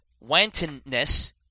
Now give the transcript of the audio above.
wantonness